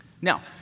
Now